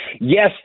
Yes